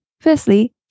Firstly